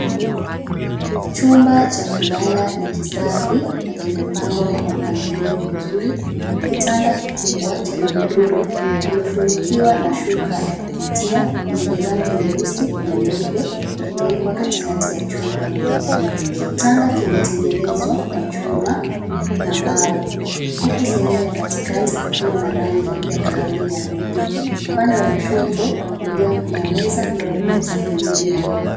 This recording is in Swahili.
Chumba cha kulala ni kisafi na kimepangwa kwa mpangilio mzuri. Kitanda kikubwa chenye godoro lilofunikiwa na shuka ya kuvutia yenye rangi nyeusi na nyeupe kimewekwa katikati ya chumba. Kitanda kimetengenezwa kwa chuma na mbao huku sehemu ya katikati ikiwa na rangi ya kahawia. Upande wa kushoto, wa kulia kuna meza ndogo za pembeni.